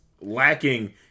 lacking